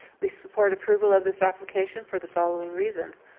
we support approval of this application for the following reasons.